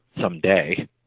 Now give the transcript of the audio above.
someday